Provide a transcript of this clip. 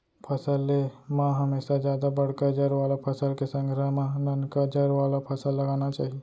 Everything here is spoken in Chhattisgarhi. फसल ले म हमेसा जादा बड़का जर वाला फसल के संघरा म ननका जर वाला फसल लगाना चाही